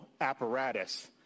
apparatus